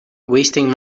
wasting